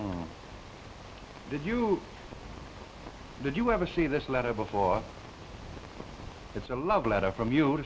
yet did you did you ever see this letter before it's a love letter from you